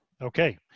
Okay